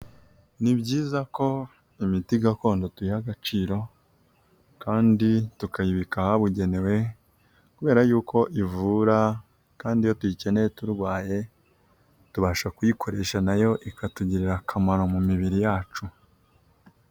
Ni byiza ko imiti gakondo tuyiha agaciro kandi tukayibika ahabugenewe, kubera yuko ivura, kandi iyo tuyikeneye turwaye, tubasha kuyikoresha, na yo ikatugirira akamaro mu mibiri yacu.